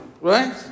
Right